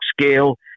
scale